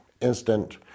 instant